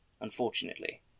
unfortunately